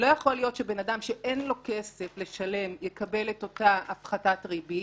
לא יכול להיות שבן אדם שאין לו כסף לשלם יקבל את אותה הפחתת ריבית.